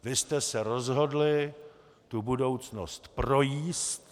Vy jste se rozhodli tu budoucnost projíst.